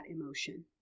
emotion